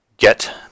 get